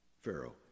Pharaoh